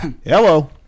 Hello